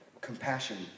compassion